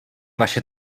vaše